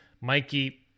Mikey